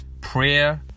Prayer